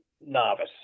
novice